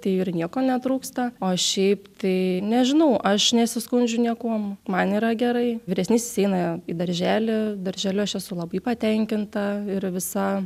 tai ir nieko netrūksta o šiaip tai nežinau aš nesiskundžiu niekuom man yra gerai vyresnysis eina į darželį darželiu aš esu labai patenkinta ir visa